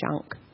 junk